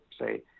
say